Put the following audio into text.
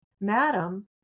Madam